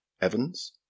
Evans